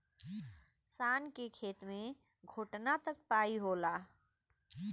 शान के खेत मे घोटना तक पाई होला